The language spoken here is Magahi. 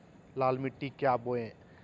लाल मिट्टी क्या बोए?